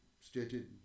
stated